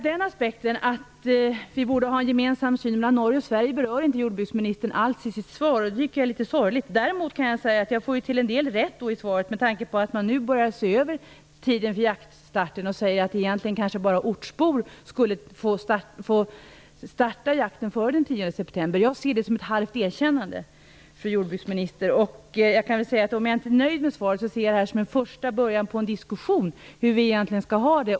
Den aspekten, att vi borde ha ett gemensamt synsätt i Norge och Sverige, berör inte jordbruksministern alls i sitt svar. Det tycker jag är litet sorgligt. Däremot får jag till en del rätt med tanke på vad som sägs i svaret om att man börjar se över tidpunkten för jaktstarten och att det egentligen kanske bara är ortsbor som skall få starta jakten före den 10 september. Jag ser det som ett halvt erkännande, fru jordbruksminister. Även om jag inte är nöjd med svaret ser jag det här som början på en diskussion om hur vi egentligen skall ha det.